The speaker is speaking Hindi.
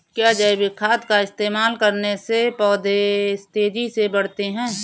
क्या जैविक खाद का इस्तेमाल करने से पौधे तेजी से बढ़ते हैं?